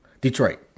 Detroit